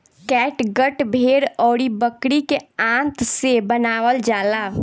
catgut भेड़ अउरी बकरी के आंत से बनावल जाला